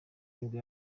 nibwo